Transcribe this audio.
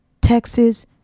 Texas